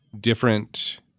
different